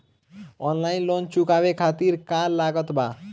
Online loan चुकावे खातिर का का लागत बा?